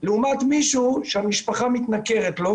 לעומת מישהו שהמשפחה מתנכרת לו,